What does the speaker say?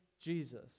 Jesus